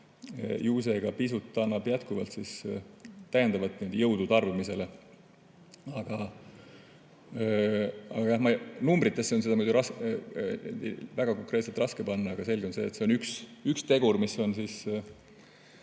Ju see ka pisut annab jätkuvalt täiendavat jõudu tarbimisele. Numbritesse on seda väga konkreetselt raske panna, aga selge on see, et see on üks tegur, mis on